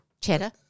Cheddar